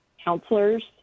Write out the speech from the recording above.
counselors